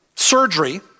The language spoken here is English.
surgery